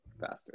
faster